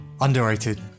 Underrated